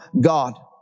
God